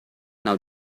now